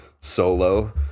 Solo